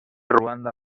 ruanda